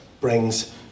brings